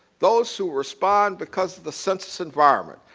those who respond because of the census environment.